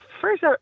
First